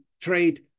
trade